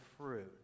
fruit